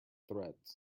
threads